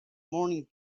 morning